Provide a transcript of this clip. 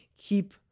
Keep